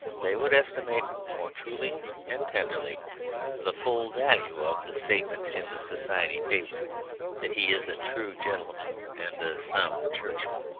they would estimate more truly and tenderly the full value of the statement in the society paper that he is a true gentleman and a sound churchman.